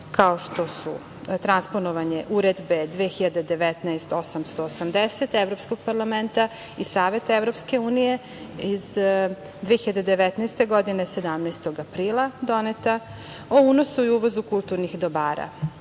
kao što su: transponovanje uredbe 2019-880 Evropskog parlamenta i Saveta Evropske unije iz 2019. godine, 17. aprila doneta, o unosu i uvozu kulturnih dobara;